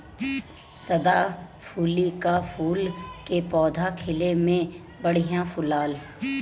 सदाफुली कअ फूल के पौधा खिले में बढ़िया फुलाला